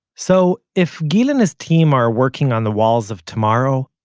so, if gil and his team are working on the walls of tomorrow,